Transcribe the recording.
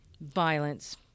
violence